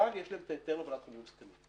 אבל יש להם היתר להובלת חומרים מסוכנים.